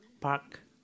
Park